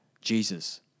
Jesus